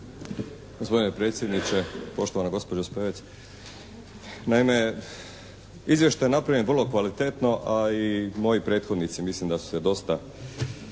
Gospodine predsjedniče, poštovana gospođo Strelec naime izvještaj je napravljen vrlo kvalitetno a i moji prethodnici mislim da su se dosta